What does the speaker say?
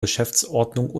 geschäftsordnung